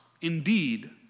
indeed